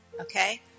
okay